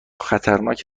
خطرناک